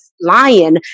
lion